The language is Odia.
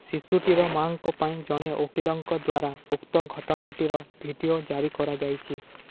ଶିଶୁଟିର ମାଙ୍କ ପାଇଁ ଜଣେ ଓକିଲଙ୍କ ଦ୍ଵାରା ଉକ୍ତ ଘଟଣାଟିର ଭିଡ଼ିଓ ଜାରି କରାଯାଇଛି